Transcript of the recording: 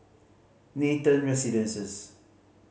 Nathan Residences